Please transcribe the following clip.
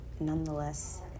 nonetheless